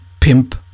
Pimp